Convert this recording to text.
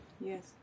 Yes